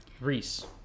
Reese